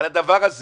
על הדבר הזה